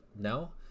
now